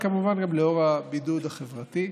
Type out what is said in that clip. וכמובן גם לאור הבידוד החברתי.